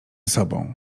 sobą